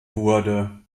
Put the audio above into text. wurde